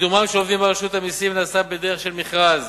קידומם של עובדים ברשות המסים נעשה בדרך של מכרז.